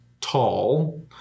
tall